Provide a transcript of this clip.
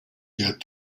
yet